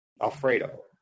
Alfredo